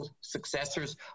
successors